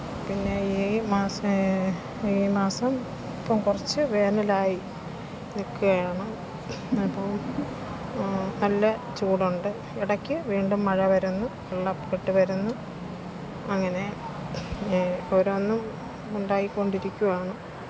പിന്നെ ഈ മാസെ ഈ മാസം ഇപ്പം കുറച്ച് വേനലായി നിൽക്കുകയാണ് അപ്പോൾ നല്ല ചൂടുണ്ട് ഇടയ്ക്ക് വീണ്ടും മഴ വരുന്നു വെള്ളക്കെട്ടു വരുന്നു അങ്ങനെ ഓരോന്നും ഉണ്ടായിക്കൊണ്ടിരിക്കുകയാണ്